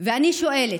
ואני שואלת: